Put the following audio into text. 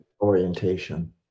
orientation